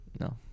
No